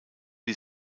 die